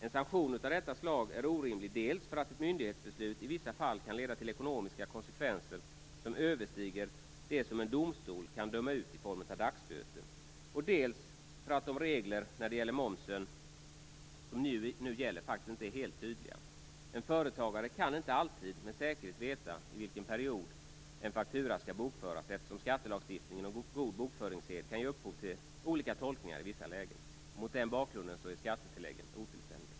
En sanktion av detta slag är orimlig, dels för att ett myndighetsbeslut i vissa fall kan leda till ekonomiska konsekvenser som överstiger de som en domstol kan döma ut i form av dagsböter, dels för att de nuvarande reglerna när det gäller momsen faktiskt inte är helt tydliga. En företagare kan inte alltid med säkerhet veta i vilken period en faktura skall bokföras, eftersom skattelagstiftningen och god bokföringssed kan ge upphov till olika tolkningar i vissa lägen. Mot den bakgrunden är skattetilläggen otillständiga.